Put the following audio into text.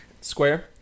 square